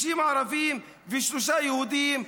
60 ערבים ושלושה יהודים,